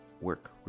Work